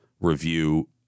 review